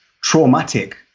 traumatic